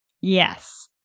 Yes